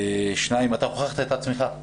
אתה הוכחת את עצמך.